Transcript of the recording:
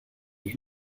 die